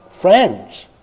friends